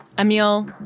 Emil